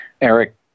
Eric